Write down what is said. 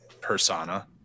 persona